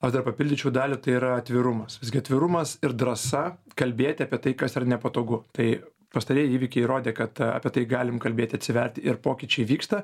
aš dar papildyčiau dalį tai yra atvirumas atvirumas ir drąsa kalbėti apie tai kas yra nepatogu tai pastarieji įvykiai įrodė kad apie tai galim kalbėti atsiverti ir pokyčiai vyksta